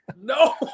no